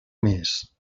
més